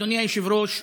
היושב-ראש,